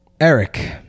Eric